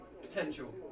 potential